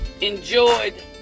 enjoyed